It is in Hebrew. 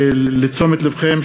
לתשומת לבכם,